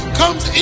comes